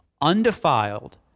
Undefiled